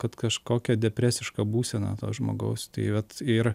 kad kažkokia depresiška būsena to žmogaus tai vat ir